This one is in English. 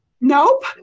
Nope